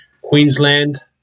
Queensland